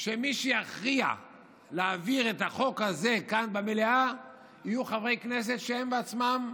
שמי שיכריע להעביר את החוק הזה כאן במליאה יהיו חברי כנסת שהם בעצמם,